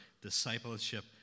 discipleship